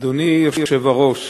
אדוני היושב-ראש,